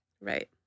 Right